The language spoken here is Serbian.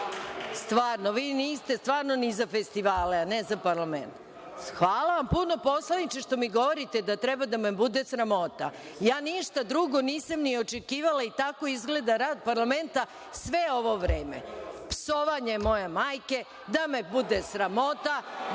Đurišić, s mesta: Treba da vas bude sramota.)Hvala vam puno, poslaniče, što mi govorite da treba da me bude sramota. Ja ništa drugo nisam ni očekivala i tako izgleda rad parlamenta sve ovo vreme, psovanjem moje majke, da me bude sramota,